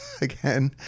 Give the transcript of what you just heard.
again